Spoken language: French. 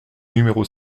numéro